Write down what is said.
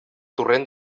torrent